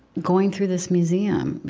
going through this museum,